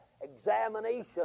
examination